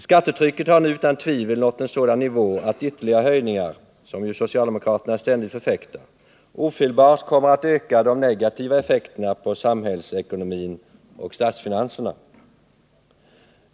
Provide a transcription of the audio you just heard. Skattetrycket har nu utan tvivel nått en sådan nivå att ytterligare höjningar, som ju socialdemokraterna ständigt förfäktar, ofelbart kommer att öka de negativa effekterna på samhällsekonomin och statsfinanserna.